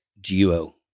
duo